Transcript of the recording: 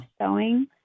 sewing